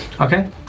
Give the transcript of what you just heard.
Okay